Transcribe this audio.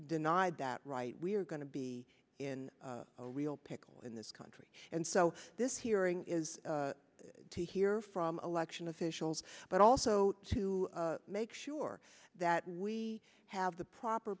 denied that right we're going to be in a real pickle in this country and so this hearing is to hear from election officials but also to make sure that we have the proper